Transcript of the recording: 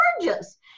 gorgeous